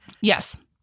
Yes